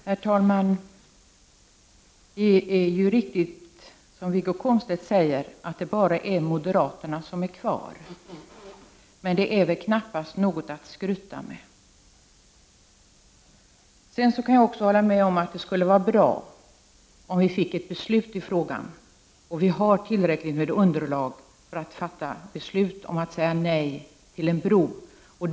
Herr talman! Det är riktigt, som Wiggo Komstedt säger, att det bara är moderaterna som är kvar. Men det är väl knappast något att skryta med. Jag kan hålla med om att det skulle vara bra om vi fick ett beslut i frågan. Vi har tillräckligt underlag för att fatta beslut om att säga nej till en bro.